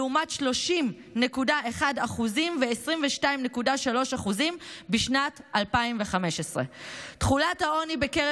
לעומת 30.1% ו-22.3% בשנת 2015. תחולת העוני בקרב